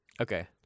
Okay